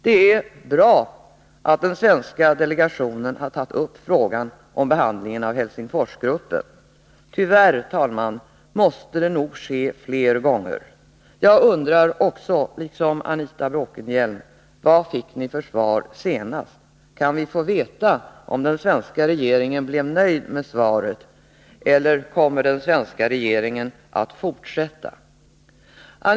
Det är bra att den svenska delegationen har tagit upp frågan om behandlingen av Helsingforsgruppen. Tyvärr, herr talman, måste det nog ske flera gånger. Jag undrar, liksom Anita Bråkenhielm, vad vi fick för svar senast. Kan vi få veta om den svenska regeringen blev nöjd med svaret eller om den svenska regeringen kommer att fortsätta att driva frågan!